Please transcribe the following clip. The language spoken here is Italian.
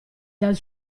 dal